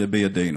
זה בידינו.